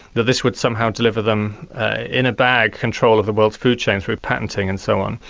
that this would somehow deliver them in a bag control of the world food chain through patenting and so on.